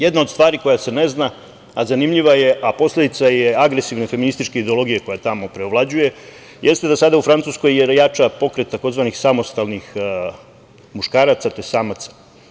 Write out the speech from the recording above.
Jedna od stvari koja se ne zna, a zanimljiva je, a posledica je agresivne feminističke ideologije koja tamo preovlađuje jeste da sada u Francuskoj jača pokret tzv. samostalnih muškaraca, tj. samaca.